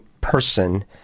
person